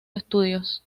estudios